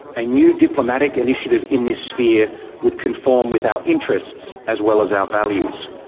a new diplomatic initiative in this sphere would conform with our interests as well as our values.